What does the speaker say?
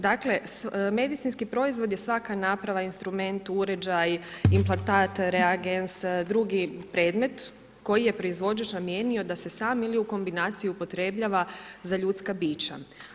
Dakle medicinski proizvod je svaka naprava, instrument, uređaj, implantat, reagens, drugi predmet koji je proizvođač namijenio da se sam ili u kombinaciji upotrjebljava za ljudska bića.